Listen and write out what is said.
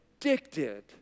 addicted